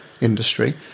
industry